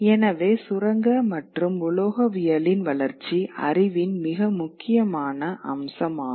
எனவே சுரங்க மற்றும் உலோகவியலின் வளர்ச்சி அறிவின் மிக முக்கியமான அம்சமாகும்